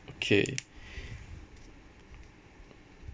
okay